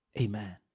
Amen